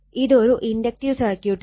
ഇതൊരു ഇൻഡക്റ്റീവ് സർക്യൂട്ടാണ്